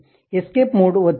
escape mode ಒತ್ತಿ